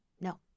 No